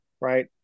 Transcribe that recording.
right